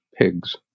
pigs